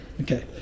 Okay